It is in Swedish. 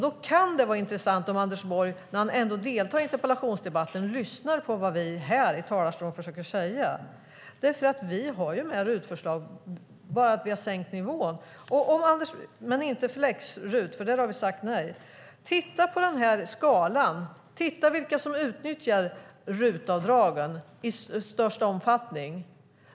Då kan det vara intressant om Anders Borg, när han ändå deltar i interpellationsdebatten, lyssnar på vad vi här i talarstolen försöker säga. Vi har ju också RUT-förslag, men vi har sänkt nivån - men inte för läx-RUT, för där har vi sagt nej. Jag vill visa upp en skala här över vilka som utnyttjar RUT-avdragen i störst omfattning.